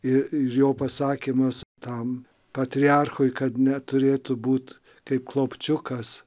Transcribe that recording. ir ir jo pasakymas tam patriarchui kad neturėtų būt kaip klopčiukas